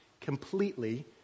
completely